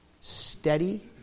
steady